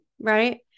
right